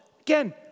again